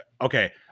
Okay